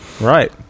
Right